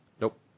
Nope